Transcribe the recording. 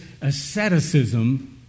asceticism